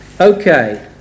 Okay